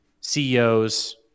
CEOs